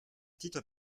titre